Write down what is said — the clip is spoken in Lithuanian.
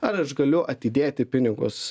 ar aš galiu atidėti pinigus